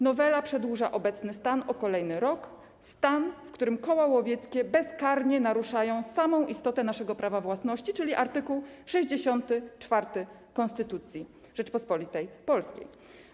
Nowela przedłuża obecny stan o kolejny rok, stan, w którym koła łowieckie bezkarnie naruszają samą istotę naszego prawa własności, czyli art. 64 Konstytucji Rzeczypospolitej Polskiej.